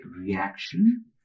reaction